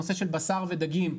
הנושא של בשר ודגים,